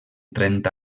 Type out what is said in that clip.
trenta